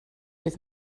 oedd